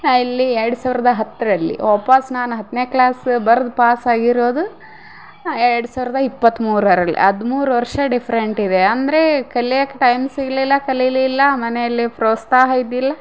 ಹಾಂ ಇಲ್ಲಿ ಎರಡು ಸಾವಿರದ ಹತ್ತರಲ್ಲಿ ವಾಪಸ್ಸು ನಾನು ಹತ್ತನೇ ಕ್ಲಾಸ ಬರೆದು ಪಾಸ್ ಆಗಿರೋದು ಎರಡು ಸಾವಿರದ ಇಪ್ಪತ್ತು ಮೂರರಲ್ಲಿ ಹದಿಮೂರು ವರ್ಷ ಡಿಫ್ರೆಂಟ್ ಇದೆ ಅಂದರೆ ಕಲಿಯಕ್ಕೆ ಟೈಮ್ ಸಿಗಲಿಲ್ಲ ಕಲಿಯಲಿಲ್ಲ ಮನೆಯಲ್ಲಿ ಪ್ರೋತ್ಸಾಹ ಇದ್ದಿಲ್ಲ